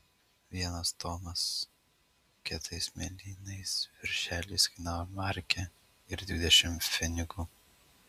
vienas tomas kietais mėlynais viršeliais kainavo markę ir dvidešimt pfenigų